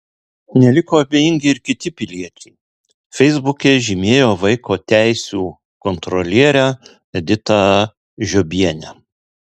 neliko abejingi ir kiti piliečiai feisbuke žymėjo vaiko teisių kontrolierę editą žiobienę